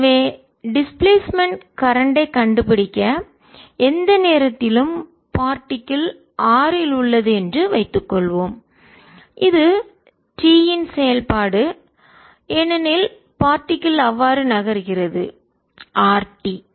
எனவே டிஸ்பிளேஸ்மென்ட் இடப்பெயர்ச்சி கரண்ட் மின்னோட்டம் ஐ கண்டுபிடிக்க எந்த நேரத்திலும் பார்டிகில் துகள் r இல் உள்ளது என்று வைத்துக் கொள்வோம் இது t இன் செயல்பாடு ஏனெனில் பார்டிகில் துகள் அவ்வாறு நகர்கிறது r t